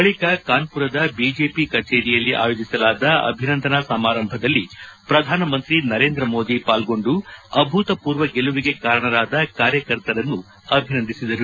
ಬಳಿಕ ಕಾನ್ವುರದ ಬಿಜೆಪಿ ಕಚೇರಿಯಲ್ಲಿ ಆಯೋಜಿಸಲಾದ ಅಭಿನಂದನಾ ಸಮಾರಂಭದಲ್ಲಿ ಪ್ರಧಾನಮಂತ್ರಿ ನರೇಂದ್ರ ಮೋದಿ ಪಾಲ್ಗೊಂಡು ಅಭೂತಮೂರ್ವ ಗೆಲುವಿಗೆ ಕಾರಣರಾದ ಕಾರ್ಯಕರ್ತರನ್ನು ಅಭಿನಂದಿಸಿದರು